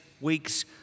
week's